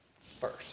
first